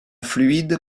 fluide